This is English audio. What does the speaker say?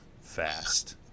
fast